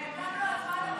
אם לא שמת לב.